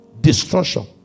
destruction